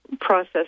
process